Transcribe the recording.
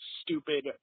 stupid